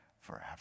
forever